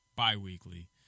bi-weekly